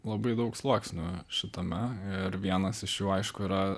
labai daug sluoksnių šitame ir vienas iš jų aišku yra